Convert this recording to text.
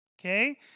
okay